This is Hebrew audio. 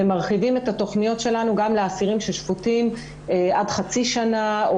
ומרחיבים את התוכניות שלנו גם לאסירים ששופטים עד חצי שנה או